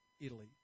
Italy